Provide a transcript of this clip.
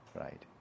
Right